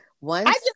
once-